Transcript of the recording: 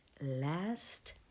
last